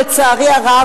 לצערי הרב,